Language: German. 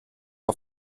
auf